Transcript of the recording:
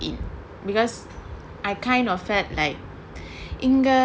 because I kind of felt like இங்க:inga